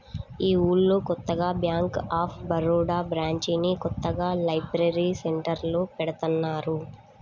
మా ఊళ్ళో కొత్తగా బ్యేంక్ ఆఫ్ బరోడా బ్రాంచిని కొత్తగా లైబ్రరీ సెంటర్లో పెడతన్నారు